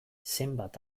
zenbat